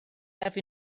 have